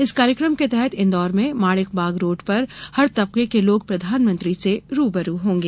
इस कार्यक्रम के तहत इंदौर में माणिक बाग रोड पर हर तबके के लोग प्रधानमंत्री से रूबरू होंगे